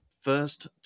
first